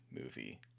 movie